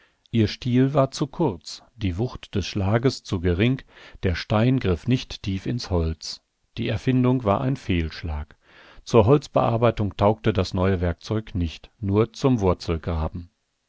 ihr stiel war zu kurz die wucht des schlages zu gering der stein griff nicht tief ins holz die erfindung war ein fehlschlag zur holzbearbeitung taugte das neue werkzeug nicht nur zum wurzelgraben